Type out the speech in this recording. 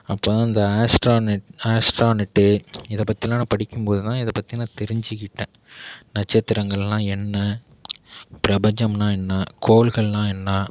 அப்போதுதான் இந்த astronaut astronaut இதை பற்றிலாம் படிக்கும் போதுதான் இதை பற்றி நான் தெரிஞ்சுக்கிட்டேன் நட்சத்திரங்கள்னால் என்ன பிரபஞ்சம்னால் என்ன கோள்கள்லாம் என்ன